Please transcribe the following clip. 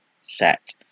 set